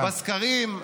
מובילים בסקרים.